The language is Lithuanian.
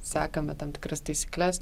sekame tam tikras taisykles